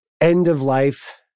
end-of-life